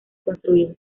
construido